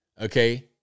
okay